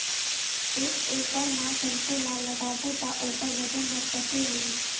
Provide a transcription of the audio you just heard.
एक एकड़ मा सरसो ला लगाबो ता ओकर वजन हर कते होही?